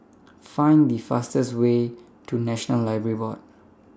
Find The fastest Way to National Library Board